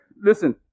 listen